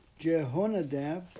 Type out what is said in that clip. Jehonadab